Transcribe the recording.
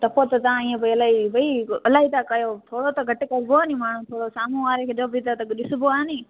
त पोइ त तव्हां ईअं भई इलाही भई इलाही था कयो थोरो त घटि करबो आहे नि माण्हू थोरो साम्हूं वारे खे जो बि त ॾिसबो आहे नि